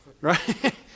right